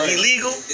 Illegal